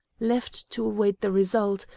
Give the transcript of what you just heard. left to await the result,